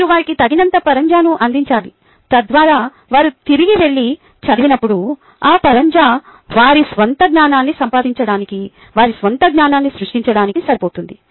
మీరు వారికి తగినంత పరంజాను అందించాలి తద్వారా వారు తిరిగి వెళ్లి చదివినప్పుడు ఆ పరంజా వారి స్వంత జ్ఞానాన్ని సంపాదించడానికి వారి స్వంత జ్ఞానాన్ని సృష్టించడానికి సరిపోతుంది